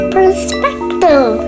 Perspective